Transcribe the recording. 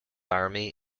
army